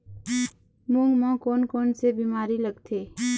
मूंग म कोन कोन से बीमारी लगथे?